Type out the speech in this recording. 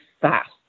fast